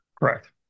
Correct